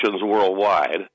worldwide